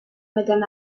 madame